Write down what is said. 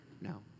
now